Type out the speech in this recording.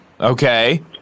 Okay